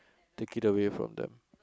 take it away from them